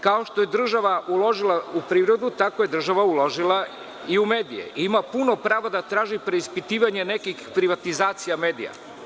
Kao što je država uložila u privredu, tako je država uložila i u medije i ima puno pravo da traži preispitivanje nekih privatizacija medija.